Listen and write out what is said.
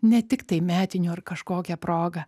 ne tiktai metinių ar kažkokia proga